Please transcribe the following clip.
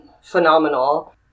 phenomenal